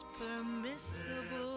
permissible